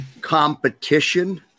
competition